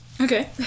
Okay